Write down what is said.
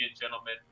gentlemen